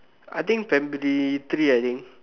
I think primary three I think